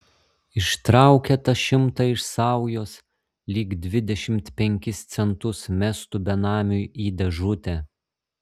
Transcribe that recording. ištraukė tą šimtą iš saujos lyg dvidešimt penkis centus mestų benamiui į dėžutę